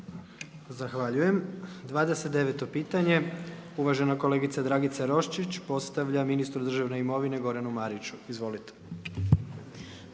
Zahvaljujem. 29. pitanje, uvaženi kolegica Dragica Roščić, postavlja ministru državne imovine, Goranu Mariću. Izvolite.